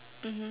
mmhmm